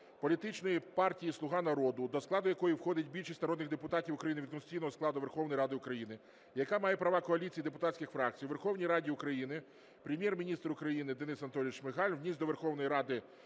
політичної партії "Слуга народу", до складу якої входить більшість народних депутатів України від конституційного складу Верховної Ради України, яка має права коаліції депутатських фракцій у Верховній Раді України, Прем'єр-міністр України Денис Анатолійович Шмигаль вніс до Верховної Ради